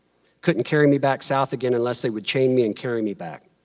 couldn't carry me back south again unless they would chain me and carry me back.